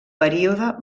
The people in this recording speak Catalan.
període